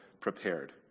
prepared